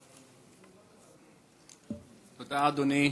תודה, אדוני.